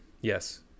Yes